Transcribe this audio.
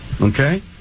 Okay